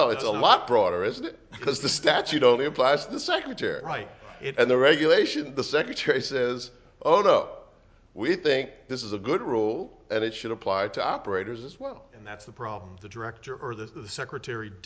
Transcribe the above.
well it's a lot broader isn't it because the stats you don't have class the secretary right and the regulation the secretary says oh no we think this is a good role and it should apply to operators as well and that's the problem the director or the secretary